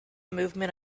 movement